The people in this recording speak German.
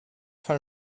von